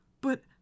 But